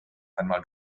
einmal